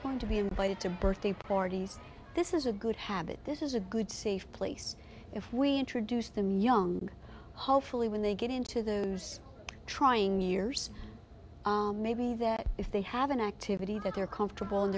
they're going to be invited to birthday parties this is a good habit this is a good safe place if we introduce them young hopefully when they get into those trying years maybe that if they have an activity that they're comfortable and